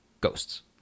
ghosts